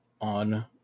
on